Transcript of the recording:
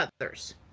others